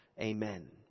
Amen